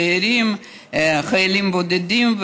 צעירים וחיילים בודדים,